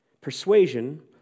Persuasion